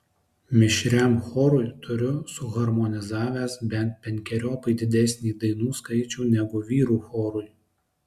mišriam chorui turiu suharmonizavęs bent penkeriopai didesnį dainų skaičių negu vyrų chorui